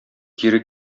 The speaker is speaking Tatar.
кире